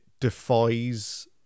defies